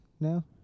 now